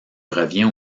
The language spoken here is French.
revient